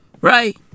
Right